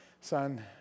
son